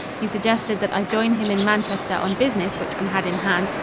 he suggested that i join him in manchester on business which we had in hand,